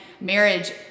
marriage